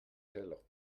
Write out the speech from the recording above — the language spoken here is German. keller